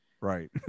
Right